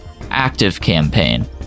ActiveCampaign